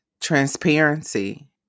transparency